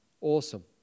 Awesome